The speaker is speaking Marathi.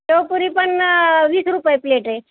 शेवपुरी पण वीस रुपये प्लेट आहे